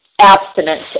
abstinence